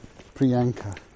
Priyanka